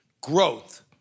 Growth